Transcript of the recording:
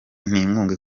n’inkunga